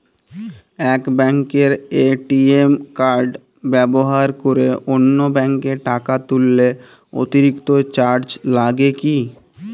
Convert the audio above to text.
এক ব্যাঙ্কের ATM card ব্যবহার করে অন্য ব্যঙ্কে টাকা তুললে অতিরিক্ত চার্জ লাগে কি?